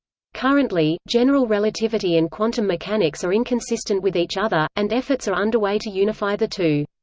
currently, general relativity and quantum mechanics are inconsistent with each other, and efforts are underway to unify the two.